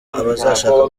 abazashaka